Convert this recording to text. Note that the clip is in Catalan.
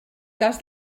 cas